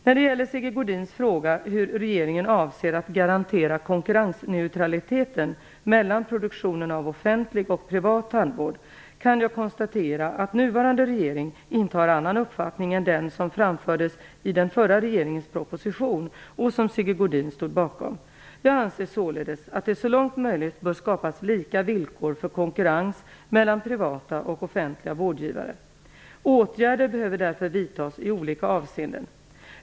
När det gäller Sigge Godins fråga hur regeringen avser att garantera konkurrensneutraliteten mellan produktionen av offentlig och privat tandvård kan jag konstatera att nuvarande regering inte har annan uppfattning än den som framfördes i den förra regeringens proposition och som Sigge Godin stod bakom. Jag anser således att det så långt möjligt bör skapas lika villkor för konkurrens mellan privata och offentliga vårdgivare. Åtgärder behöver därför vidtas i olika avseenden.